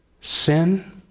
sin